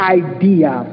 idea